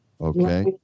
Okay